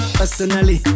personally